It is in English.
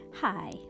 Hi